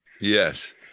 Yes